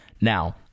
Now